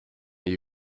and